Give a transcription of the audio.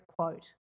quote